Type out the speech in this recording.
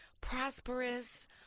prosperous